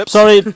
Sorry